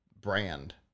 brand